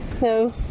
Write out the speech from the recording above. no